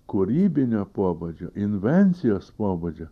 kūrybinio pobūdžio invencijos pobūdžio